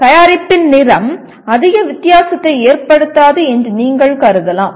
தயாரிப்பின் நிறம் அதிக வித்தியாசத்தை ஏற்படுத்தாது என்று நீங்கள் கருதலாம்